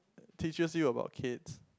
teaches you about kids